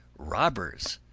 robbers,